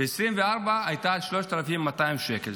ב-2024 היא הייתה 3,200 שקל,